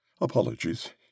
Apologies